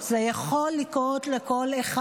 זה יכול לקרות לכל אחד.